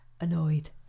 annoyed